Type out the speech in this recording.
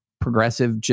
progressive